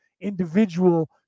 individual